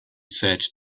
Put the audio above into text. said